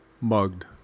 Mugged